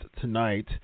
tonight